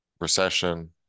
Recession